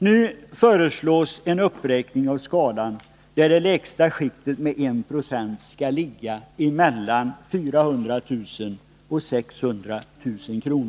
Nu föreslås en uppräkning av skalan, där det lägsta skiktet med 1 90 skall ligga mellan 400 000 och 600 000 kr.